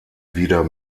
wieder